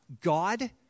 God